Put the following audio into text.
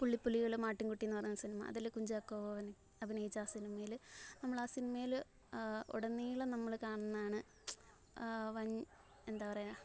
പുള്ളിപ്പുലികളും ആട്ടിൻകുട്ടിയും എന്നുപറഞ്ഞ സിനിമ അതില് കുഞ്ചാക്കോ ബോബൻ അഭിനയിച്ച ആ സിനിമയില് നമ്മളാ സിനിമയില് ഉടനീളം നമ്മള് കാണുന്നതാണ് വൻ എന്താ പറയുക